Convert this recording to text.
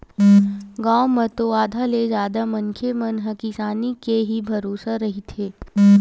गाँव म तो आधा ले जादा मनखे मन ह किसानी के ही भरोसा रहिथे